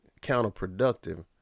counterproductive